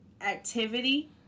Activity